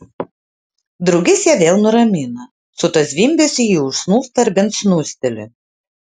drugys ją vėl nuramina su tuo zvimbesiu ji užsnūsta ar bent snūsteli